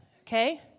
okay